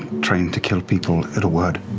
trained to kill people at a word